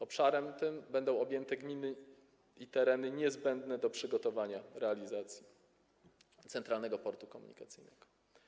Obszarem tym będą objęte gminy i tereny niezbędne do przygotowania i realizacji Centralnego Portu Komunikacyjnego.